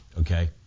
Okay